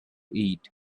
eat